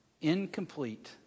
incomplete